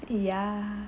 ya